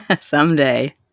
Someday